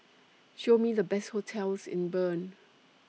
Show Me The Best hotels in Bern